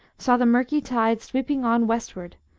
saw the murky tide sweeping on westward,